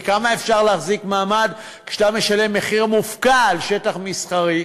כי כמה אפשר להחזיק מעמד כשאתה משלם מחיר מופקע על שטח מסחרי?